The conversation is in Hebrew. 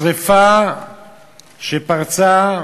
שרפה שפרצה,